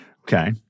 Okay